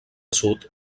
sud